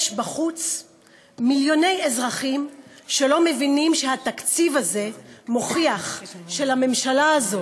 יש בחוץ מיליוני אזרחים שלא מבינים שהתקציב הזה מוכיח שלממשלה הזאת,